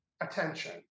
attention